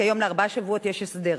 כי היום לארבעה שבועות יש הסדר.